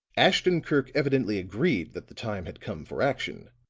ashton-kirk evidently agreed that the time had come for action,